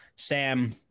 Sam